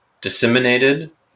disseminated